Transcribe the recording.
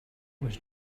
was